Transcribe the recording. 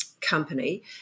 company